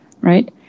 right